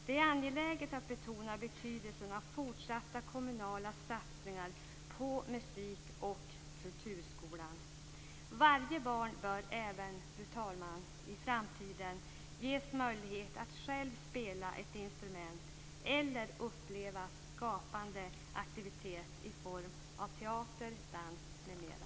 Det är angeläget att betona betydelsen av fortsatta kommunala satsningar på musik och kulturskolan. Fru talman! Varje barn bör även i framtiden ges möjlighet att själv spela ett instrument eller att uppleva skapande aktivitet i form av teater, dans m.m.